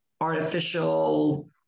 artificial